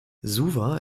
suva